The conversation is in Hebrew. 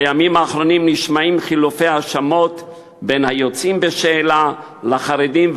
בימים האחרונים נשמעים חילופי האשמות בין היוצאים בשאלה לחרדים,